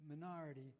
Minority